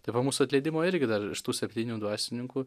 tai po mūsų atleidimo irgi dar iš tų septynių dvasininkų